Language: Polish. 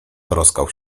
troskał